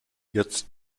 jetzt